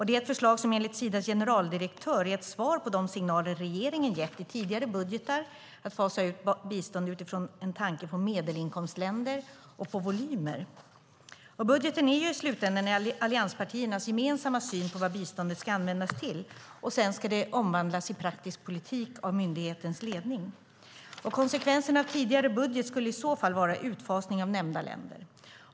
Det är ett förslag som enligt Sidas generaldirektör är ett svar på de signaler regeringen gett i tidigare budgetar, nämligen att fasa ut bistånd utifrån en tanke om medelinkomstländer och volymer. Budgeten är i slutänden allianspartiernas gemensamma syn på vad biståndet ska användas till som sedan ska omvandlas till praktisk politik av myndighetens ledning. Konsekvensen av tidigare budget skulle i så fall vara utfasning av nämnda länder.